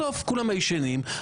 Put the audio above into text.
בסוף כולם היו ישנים,